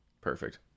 perfect